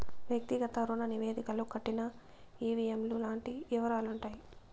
వ్యక్తిగత రుణ నివేదికలో కట్టిన ఈ.వీ.ఎం లు లాంటి యివరాలుంటాయి